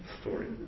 story